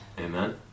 Amen